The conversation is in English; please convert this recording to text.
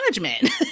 management